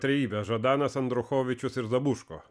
trejybė žadanas andruchovičius ir zabuško